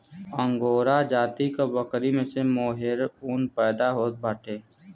angora जाति क बकरी से मोहेर ऊन पैदा होत बाटे